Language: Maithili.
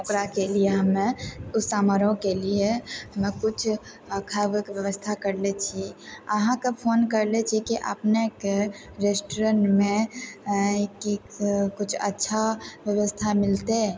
ओकराके लिए हमे किछु समारोहके लिए हमे किछु खाए उएके व्यवस्था करले छी अहाँकेँ फोन करले छी कि अपनेके रेस्टुरेन्टँमे की किछु अच्छा व्यवस्था मिलतै